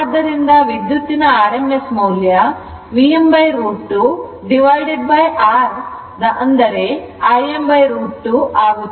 ಆದ್ದರಿಂದ ವಿದ್ಯುತ್ತಿನ rms ಮೌಲ್ಯ Vm√ 2R Im√ 2 ಆಗುತ್ತದೆ